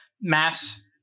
mass